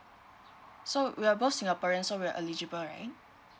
so we are both singaporean so we are eligible right